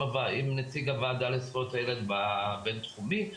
נציג הוועדה לזכויות הילד בבין תחומי.